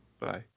Bye